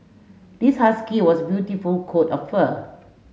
this husky was beautiful coat of fur